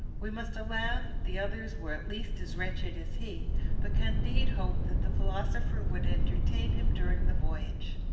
we must allow that the others were at least as wretched as he but candide hoped that the philosopher would entertain him during the voyage.